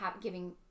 giving